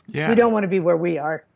yeah don't want to be where we are.